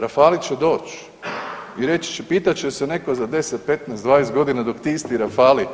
Rafali će doći i reći će, pitat će se netko za 10, 15, 20 godina dok ti isti Rafali